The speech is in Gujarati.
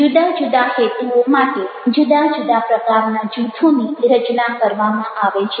જુદા જુદા હેતુઓ માટે જુદા જુદા પ્રકારના જૂથોની રચના કરવામાં આવે છે